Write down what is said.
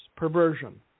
Perversion